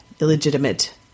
illegitimate